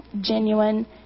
genuine